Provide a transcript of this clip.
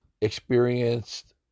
experienced